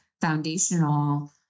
foundational